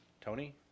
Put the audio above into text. Tony